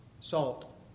salt